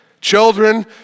Children